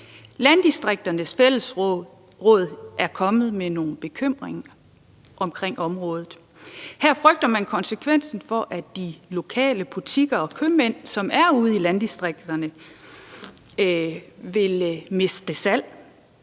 Landdistrikternes Fællesråd er kommet med nogle bekymringer på området. Her frygter man den konsekvens, at de lokale butikker og købmænd, som er ude i landdistrikterne, vil miste salg.